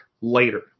later